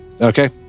Okay